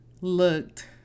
looked